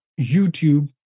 YouTube